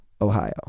Ohio